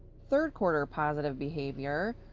third quarter positive behavior,